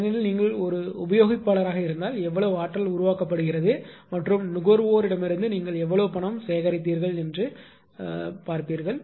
எனவே நீங்கள் ஒரு உபயோகிப்பாளராக இருந்தால் எவ்வளவு ஆற்றல் உருவாக்கப்படுகிறது மற்றும் நுகர்வோரிடமிருந்து நீங்கள் எவ்வளவு பணம் சேகரித்தீர்கள் என்று கருதுகிறீர்கள்